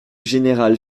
général